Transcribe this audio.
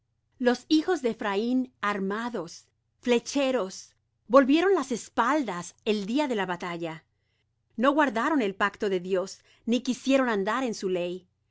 los hijos de ephraim armados flecheros volvieron las espaldas el día de la batalla no guardaron el pacto de dios ni quisieron andar en su ley